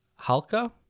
Halka